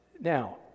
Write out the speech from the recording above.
Now